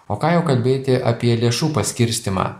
o ką jau kalbėti apie lėšų paskirstymą